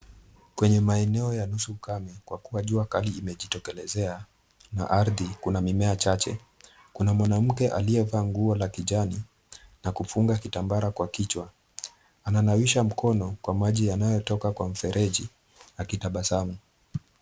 Kwenye maeneo ya nusu ukame kwa kuwa jua kali imejitokeleze na ardhi kuna mimea michache kuna mwanamke aliova nguo la kijani na kufunga kitambara kwa kichwa ananawisha mkono kwa maji yanayo toka kwa mfereji akitabasamu